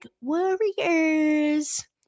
Warriors